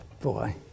Boy